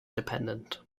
dependent